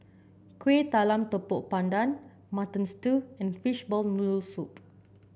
Kuih Talam Tepong Pandan Mutton Stew and Fishball Noodle Soup